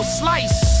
slice